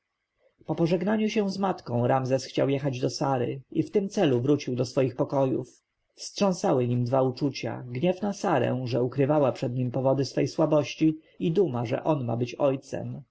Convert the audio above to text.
pożegnaniu się z matką ramzes chciał jechać do sary i w tym celu wrócił do swoich pokojów wstrząsały nim dwa uczucia gniew na sarę że ukrywała przed nim powody swej słabości i duma że on ma być ojcem